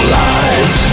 lies